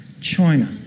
China